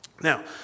Now